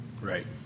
Right